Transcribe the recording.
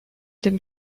dem